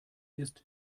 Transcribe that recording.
ist